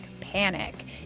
panic